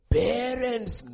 parents